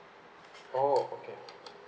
oh okay